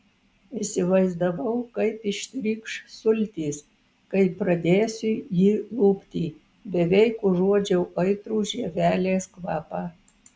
įsivaizdavau kaip ištrykš sultys kai pradėsiu jį lupti beveik užuodžiau aitrų žievelės kvapą